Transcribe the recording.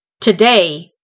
Today